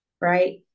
Right